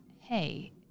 hey